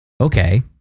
Okay